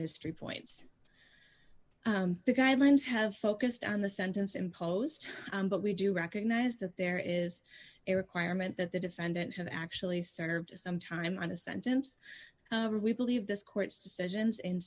history points guidelines have focused on the sentence imposed but we do recognize that there is a requirement that the defendant have actually served some time on a sentence or we believe this court's decisions in